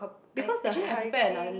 because the hiking